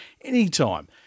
anytime